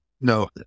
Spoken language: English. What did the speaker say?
no